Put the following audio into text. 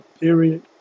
Period